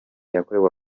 yakorewe